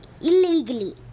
illegally